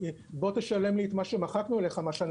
בוא תשלם לי את מה שמחקנו לך מה שאני